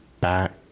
back